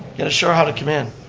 got to show her how to come in.